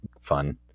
fun